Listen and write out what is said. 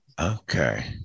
Okay